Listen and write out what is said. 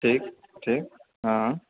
ठीक छै हँ